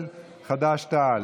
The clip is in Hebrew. של חד"ש-תע"ל.